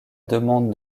demande